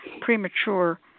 premature